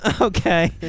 Okay